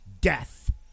Death